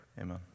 Amen